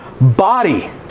body